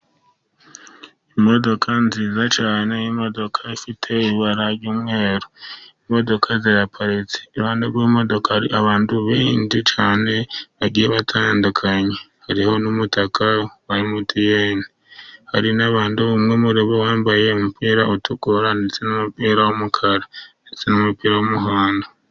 Imodoka nziza cyane, imodoka ifite ibara ry'umweru, imodoka ziraparitse iruhande rw'imodoka, hari abantu benshi cyane bagiye batandukanye, hariho n'umutaka wa emutiyene, hari n'abantu umwe muri bo wambaye umupira utukura ndetse n'umupira w'umukara ndetse n'umupira w'umuhondo.